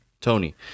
Tony